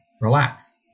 Relax